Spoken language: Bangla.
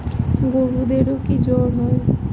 গরুদেরও কি জ্বর হয়?